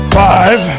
five